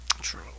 True